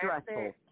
stressful